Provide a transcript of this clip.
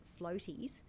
floaties